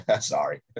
sorry